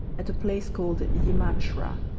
at a place called yea-ma-chra.